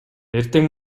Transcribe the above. эртең